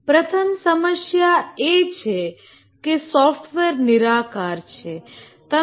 પ્રથમ સમસ્યા એ છે કે સોફ્ટવેર ઇન્ટેજીબલ છે